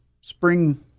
spring